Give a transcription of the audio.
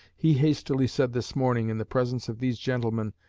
he hastily said this morning, in the presence of these gentlemen,